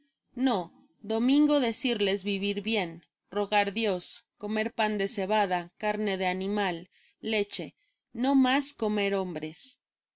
no domingo decirles vivir bien rogar dios comer pao de cebada carne de animal leche no mas comer hombres